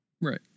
Right